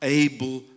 able